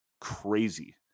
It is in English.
crazy